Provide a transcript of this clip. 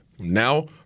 Now